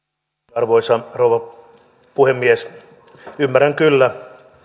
arvoisa rouva puhemies ymmärrän kyllä